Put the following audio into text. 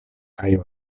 kaj